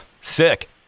sick